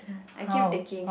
I keep taking